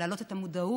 להעלות את המודעות.